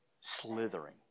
slithering